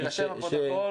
יירשם בפרוטוקול.